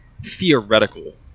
theoretical